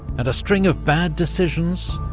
and a string of bad decisions,